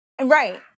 Right